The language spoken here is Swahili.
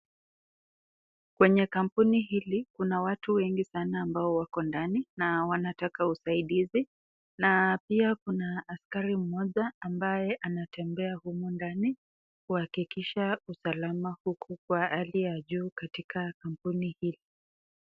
Kwenye kampuni hili kuna watu wengi sana ambao wako ndani na wanataka usadizi, na pia Kuna gari moja ambaye anatembea humu ndani kuakikisha usalama huku kwa hali ya juu katika kampuni hii.